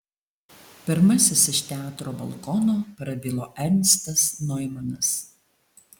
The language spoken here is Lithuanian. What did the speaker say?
pirmasis iš teatro balkono prabilo ernstas noimanas